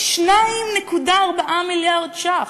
2.4 מיליארד ש"ח.